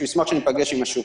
שהוא ישמח שניפגש עם השוק.